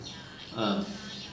!huh!